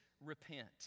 repent